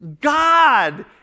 God